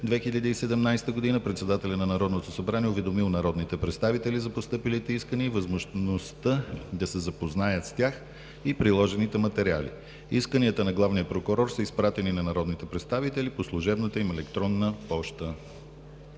2017 г. председателят на Народното събрание е уведомил народните представители за постъпилите искания и възможността да се запознаят с тях и приложените материали. Исканията на главния прокурор са изпратени на народните представители по служебната им електронна поща.